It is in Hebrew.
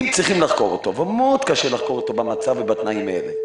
אם צריכים לחקור אותו ומאוד קשה לחקור אותו במצב ובתנאים האלה,